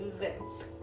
events